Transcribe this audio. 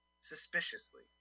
suspiciously